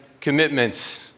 commitments